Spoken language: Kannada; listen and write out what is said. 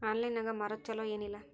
ಆನ್ಲೈನ್ ನಾಗ್ ಮಾರೋದು ಛಲೋ ಏನ್ ಇಲ್ಲ?